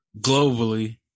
globally